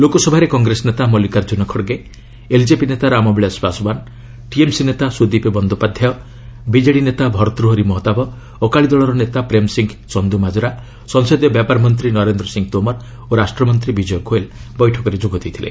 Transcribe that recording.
ଲୋକସଭାରେ କଂଗ୍ରେସ ନେତା ମଲ୍ଟିକାର୍ଚ୍ଚୁନ ଖଡ୍ଗେ ଏଲଜେପି ନେତା ରାମବିଳାସ ପାଶଓ୍ବାନ ଟିଏମସି ନେତା ସୁଦୀପ ବନ୍ଦୋପାଧ୍ୟାୟ ବିଜେଡି ନେତା ଭର୍ତ୍ତୃହରି ମହତାବ ଅକାଳୀଦଳର ନେତା ପ୍ରେମ ସିଂହ ଚନ୍ଦୁମାଜରା ସଂସଦୀୟ ବ୍ୟାପାର ମନ୍ତ୍ରୀ ନରେନ୍ଦ୍ର ସିଂହ ତୋମାର ଓ ରାଷ୍ଟ୍ରମନ୍ତ୍ରୀ ବିଜୟ ଗୋଏଲ ବୈଠକ ଯୋଗଦେଇଥିଲେ